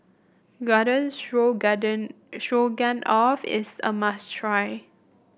Garden Garden Stroganoff is a must try